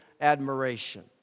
admiration